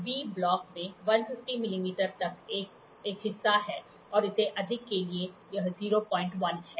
V block में 150 millimetre तक का हिस्सा है और इससे अधिक के लिए यह 01 है